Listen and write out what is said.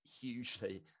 hugely